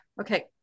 okay